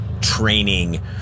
training